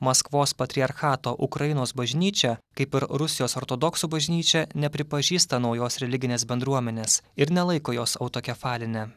maskvos patriarchato ukrainos bažnyčia kaip ir rusijos ortodoksų bažnyčia nepripažįsta naujos religinės bendruomenės ir nelaiko jos autokefaline